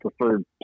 preferred